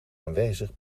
aanwezig